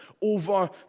over